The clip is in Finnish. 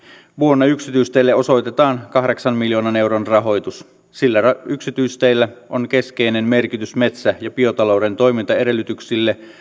vuonna yksityisteille osoitetaan kahdeksan miljoonan euron rahoitus sillä yksityisteillä on keskeinen merkitys metsä ja biotalouden toimintaedellytyksille ja